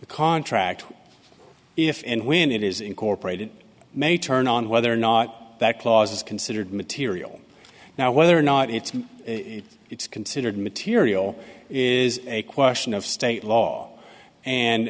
the contract if and when it is incorporated may turn on whether or not that clause is considered material now whether or not it's it's considered material is a question of state law and